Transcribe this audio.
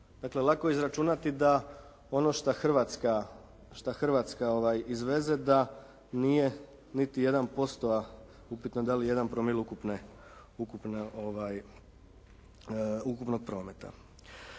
Dakle lako je izračunati da ono što Hrvatska izveze da nije niti 1%, a upitno da li 1 promil ukupne, ukupnog prometa.